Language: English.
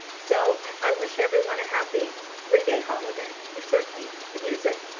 so i wish everyone a happy three day holiday. we certainly could use it.